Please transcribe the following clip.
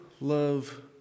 Love